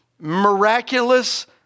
miraculous